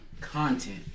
content